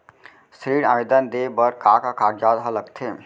ऋण आवेदन दे बर का का कागजात ह लगथे?